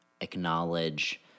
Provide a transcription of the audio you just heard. acknowledge